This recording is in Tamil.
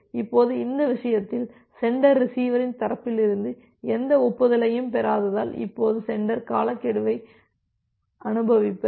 இப்போது இந்த விஷயத்தில் சென்டர் ரிசீவரின் தரப்பிலிருந்து எந்த ஒப்புதலையும் பெறாததால் இப்போது சென்டர் காலக்கெடுவை அனுபவிப்பார்